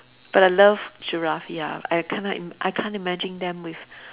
but I love giraffe ya I cannot im~ I can't imagine them with